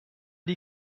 die